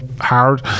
hard